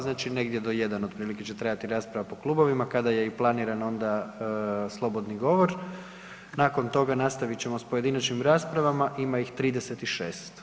Znači do 1 otprilike će trajati rasprava po klubovima kada je i planiran onda slobodni govor, nakon toga nastavit ćemo sa pojedinačnim raspravama, ima ih 36.